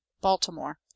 Baltimore